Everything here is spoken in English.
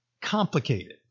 complicated